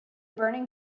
burning